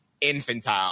infantile